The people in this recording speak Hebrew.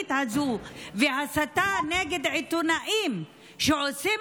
הגזענית הזו וההסתה נגד עיתונאים שעושים